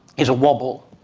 is a wobble.